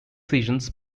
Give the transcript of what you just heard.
seasons